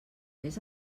vés